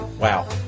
Wow